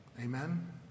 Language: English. Amen